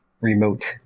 remote